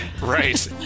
Right